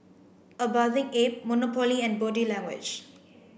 A Bathing Ape Monopoly and Body Language